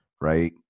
right